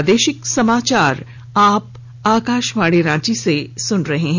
प्रादेशिक समाचार आप आकाशवाणी रांची से सुन रहे हैं